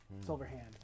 Silverhand